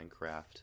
Minecraft